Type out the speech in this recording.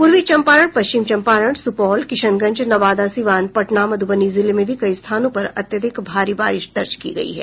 पूर्वी चंपारण पश्चिम चंपारण सुपौल किशनगंज नवादा सिवान पटना मधुबनी जिले में भी कई स्थानों पर अत्याधिक भारी बारिश दर्ज की गयी है